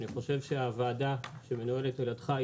אני חושב שהוועדה שמנוהלת על ידך,